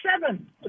seven